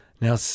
Now